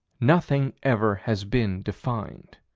nothing ever has been defined.